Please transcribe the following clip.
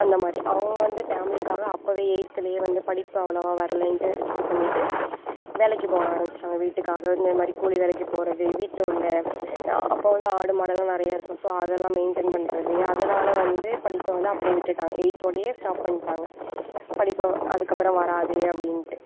அந்தமாதிரி அவங்க வந்து ஃபேமிலிக்காக அப்போவே எயித்துலேயே வந்து படிப்பு அவ்வளவாக வரலேன்ட்டு இது பண்ணிட்டு வேலைக்கு போக ஆரம்பிச்சாட்டங்க வீட்டுக்காக இந்தமாதிரி கூலி வேலைக்குப் போகிறது வீட்டில் உள்ள அப்போ வந்து ஆடு மாடெல்லாம் நிறைய இருக்கும் ஸோ அதெல்லாம் மெயின்டைன் பண்ணுறது அதனால் வந்து படிப்பை வந்து அப்படே விட்டுவிட்டாங்க எயித்தோடேயே ஸ்டாப் பண்ணிட்டாங்க படிப்பை அதுக்கப்புறம் வராது அப்படின்ட்டு